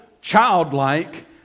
childlike